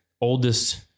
oldest